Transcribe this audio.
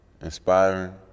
Inspiring